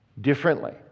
differently